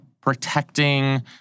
protecting